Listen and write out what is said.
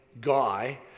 guy